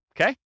okay